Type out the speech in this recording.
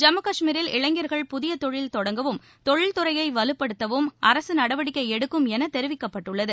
ஜம்மு காஷ்மீரில் இளைஞர்கள் புதிய தொழில் தொடங்கவும் தொழில்துறையை வலுப்படுத்தவும் யூனியன் பிரதேச அரசு நடவடிக்கை எடுக்கும் என தெரிவிக்கப்பட்டுள்ளது